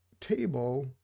table